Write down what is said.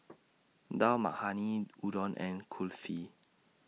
Dal Makhani Udon and Kulfi